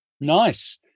Nice